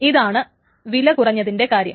ഇതാണ് വില കുറഞ്ഞതിന്റെ കാര്യം